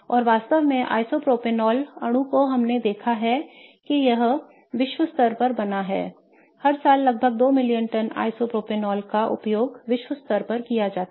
और वास्तव में आइसोप्रोपेनॉल अणु जो हमने देखा है वह विश्व स्तर पर बना है हर साल लगभग 2 मिलियन टन आइसोप्रोपेनॉल का उपयोग विश्व स्तर पर किया जाता है